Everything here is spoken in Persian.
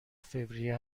فوریه